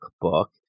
book